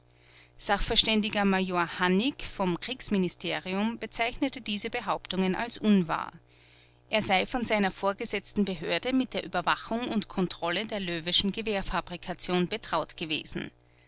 sachverständiger major hannig vom kriegsministerium bezeichnete diese behauptungen als unwahr er sei von seiner vorgesetzten behörde mit der überwachung und kontrolle der löweschen gewehrfabrikation betraut gewesen